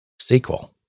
SQL